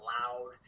loud